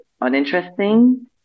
uninteresting